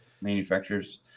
manufacturers